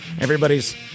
Everybody's